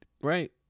right